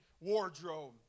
wardrobe